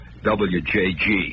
WJG